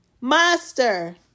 Master